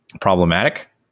problematic